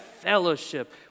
fellowship